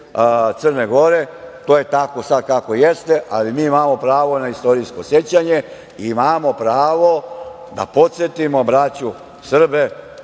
Crne Gore. To je sada kako jeste, ali imamo pravo na istorijsko sećanje, imamo pravo da podsetimo braću Srbe,